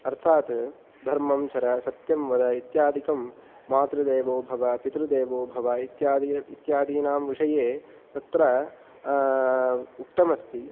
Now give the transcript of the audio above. अर्थात् धर्मं चर सत्यं वद इत्यादिकं मातृदेवो भव पितृदेवो भव इत्यादे इत्यादीनां विषये तत्र उक्तम् अस्ति